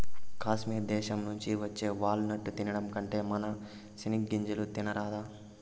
కాశ్మీర్ దేశం నుంచి వచ్చే వాల్ నట్టు తినడం కంటే మన సెనిగ్గింజలు తినరాదా